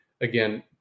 again